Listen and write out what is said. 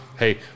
hey